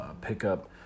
pickup